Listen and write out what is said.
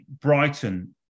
Brighton